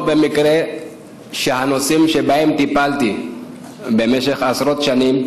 לא במקרה הנושאים שבהם טיפלתי במשך עשרות שנים